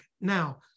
Now